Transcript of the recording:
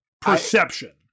Perception